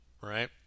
right